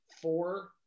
four